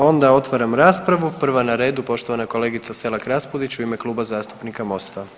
Onda otvaram raspravu, prva na redu poštovana kolegica Selak Raspudić u ime Kluba zastupnika MOST-a.